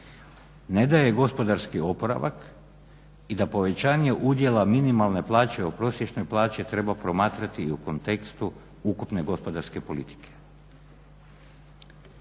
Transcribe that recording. ne daje gospodarski oporavak i da povećanje udjela minimalne plaće u prosječnoj plaći treba promatrati i u kontekstu ukupne gospodarske politike.